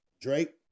Drake